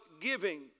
giving